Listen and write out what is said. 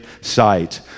sight